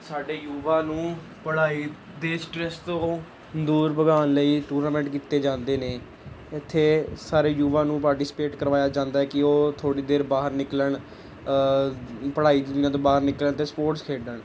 ਸਾਡੇ ਯੂਵਾ ਨੂੰ ਪੜ੍ਹਾਈ ਦੇ ਸਟਰੈਸ ਤੋਂ ਦੂਰ ਭਜਾਉਣ ਲਈ ਟੂਰਨਾਮੈਂਟ ਕੀਤੇ ਜਾਂਦੇ ਨੇ ਇੱਥੇ ਸਾਰੇ ਯੂਵਾ ਨੂੰ ਪਾਰਟੀਸਪੇਟ ਕਰਵਾਇਆ ਜਾਂਦਾ ਹੈ ਕਿ ਉਹ ਥੋੜ੍ਹੀ ਦੇਰ ਬਾਹਰ ਨਿਕਲਣ ਪੜ੍ਹਾਈ ਦੀ ਦੁਨੀਆ ਤੋਂ ਬਾਹਰ ਨਿਕਲਣ ਅਤੇ ਸਪੋਟਸ ਖੇਡਣ